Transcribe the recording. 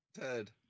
Ted